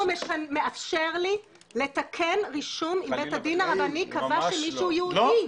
הוא מאפשר לי לתקן רישום אם בית הדין הרבני קבע שמישהו יהודי.